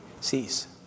cease